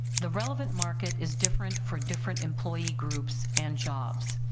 the relevant market is different for different employee groups and jobs.